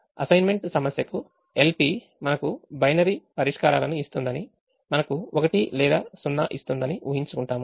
అసైన్మెంట్సమస్యకు LP మనకు binary పరిష్కారాలను ఇస్తుందని మనకు 1 లేదా 0 ఇస్తుందని ఊహించుకుంటాము